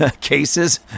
cases